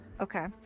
Okay